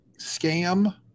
scam